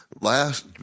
last